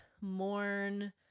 mourn